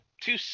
two